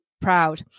proud